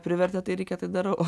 privertė tai reikia tai darau